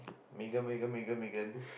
Megan Megan Megan Megan